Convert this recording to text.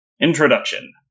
Introduction